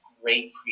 great